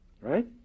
Right